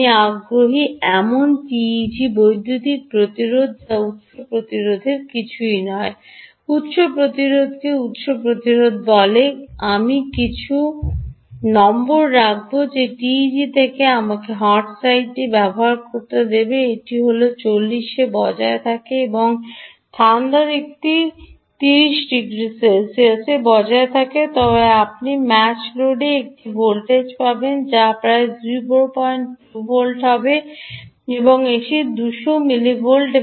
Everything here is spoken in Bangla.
আপনি আগ্রহী এমন টিইজির বৈদ্যুতিক প্রতিরোধ যা উত্স প্রতিরোধের কিছুই নয় উত্স প্রতিরোধকে উত্স প্রতিরোধ বলে called আমি কিছু নম্বর রাখব যে টিইজি থেকে আমরা হট সাইডটি ব্যবহার করি এটি যদি 40 এ বজায় থাকে এবং ঠান্ডা দিকটি 30 সেলসিয়াস বজায় থাকে তবে আপনি ম্যাচ লোডে একটি ভোল্টেজ পাবেন যা প্রায় 02 ভোল্ট হবে এটি 200 মিলিভোল্ট